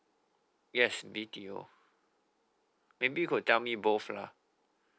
yes B_T_O maybe you could tell me both lah